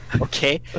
okay